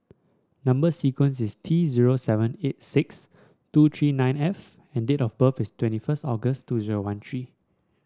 number sequence is T zero seven eight six two three nine F and date of birth is twenty first August two zero one three